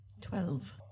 Twelve